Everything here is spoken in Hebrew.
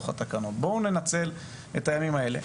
בואו ננצל את הימים האלה.